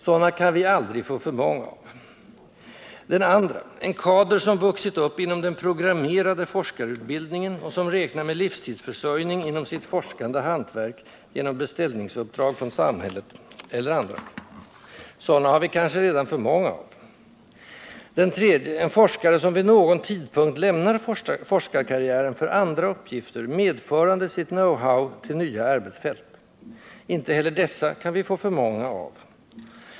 Sådana kan vi aldrig få för många av. Den andra — en kader som vuxit upp inom den programmerade forskarutbildningen och som räknar med livstidsförsörjning inom sitt forskande hantverk genom beställningsuppdrag från samhället eller andra. Sådana har vi kanske redan för många av. Den tredje — en forskare som vid någon tidpunkt lämnar forskarkarriären för andra uppgifter, medförande sitt know-how till nya arbetsfält. Ej heller dessa kan vi få för många av.